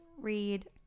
read